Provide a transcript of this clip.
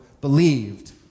believed